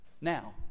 now